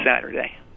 Saturday